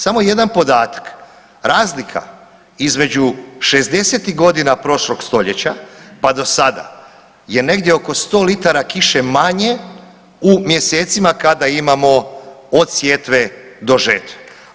Samo jedan podatak, razlika između 60-tih godina prošlog stoljeća pa do sada je negdje oko sto litara kiše manje u mjesecima kada imamo od sjetve do žetve.